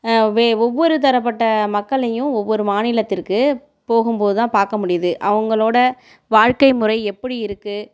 வே ஒவ்வொரு தரப்பட்ட மக்களையும் ஒவ்வொரு மாநிலத்திற்கு போகும் போது தான் பார்க்க முடியுது அவங்களோட வாழ்க்கை முறை எப்படி இருக்குது